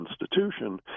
institution